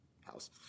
house